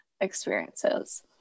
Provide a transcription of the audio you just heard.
experiences